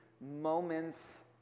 moments